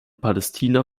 palästina